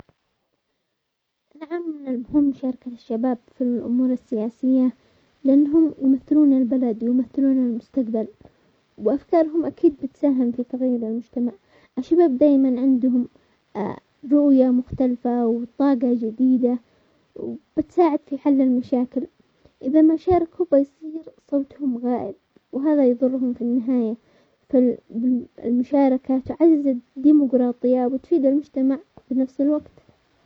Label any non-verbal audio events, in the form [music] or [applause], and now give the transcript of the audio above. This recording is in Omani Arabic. نعم من المهم مشاركة الشباب في الامور السياسية، لانهم يمثلون البلد ويمثلون المستقبل، وافكارهم اكيد بتساهم في تغيير المجتمع، الشباب دايما عندهم [hesitation] رؤية مختلفة وطاقة جديدة، وتساعد في حل المشاكل، اذا ما شارك هو يصير صوتهم غائب وهذا يضرهم في النهاية ف-ال-ب- المشاركة تعزز ديمقراطية وتفيد المجتمع بنفس الوقت.